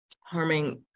harming